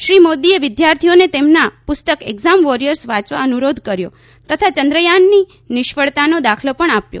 શ્રી મોદીએ વિદ્યાર્થીઓને તેમના પુસ્તક એકઝામ વોરિયર્સ વાંચવા અનુરોધ કર્યો તથા યંદ્રયાનની નિષ્ફળતાનો દાખલો પણ આપ્યો